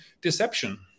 deception